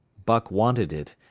buck wanted it.